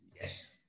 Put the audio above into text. yes